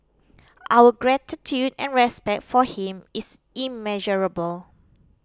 our gratitude and respect for him is immeasurable